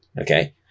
okay